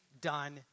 done